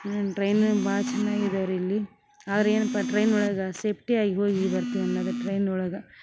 ಒನೊಂದು train ಭಾಳ ಚೆನ್ನಾಗಿದವ್ರಿ ಇಲ್ಲಿ ಆದ್ರ ಏನಪ್ಪಾ ಟ್ರೈನೊಳಗ ಸೇಫ್ಟಿಯಾಗಿ ಹೋಗಿ ಬರ್ತೀವಿ ಅನ್ನೋದು ಟ್ರೈನೊಳಗ